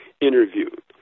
interviewed